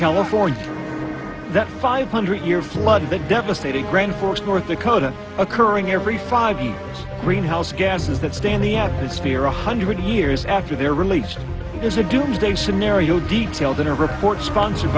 california that five hundred year flood that devastated grand forks north dakota occurring every five years greenhouse gases that stay in the atmosphere one hundred years after their release is a doomsday scenario detailed in a report sponsored